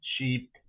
Sheep